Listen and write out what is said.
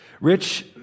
Rich